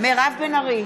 מירב בן ארי,